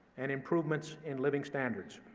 and improvements in living standards.